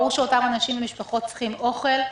ברור שאותם אנשים ומשפחות צריכים אוכל.